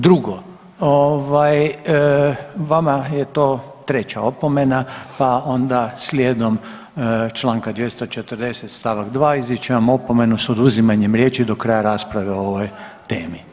Drugo, ovaj vama je to treća opomena pa onda slijedom Članka 240. stavak 2. izričem vam opomenu s oduzimanjem riječi do kraja rasprave o ovoj temi.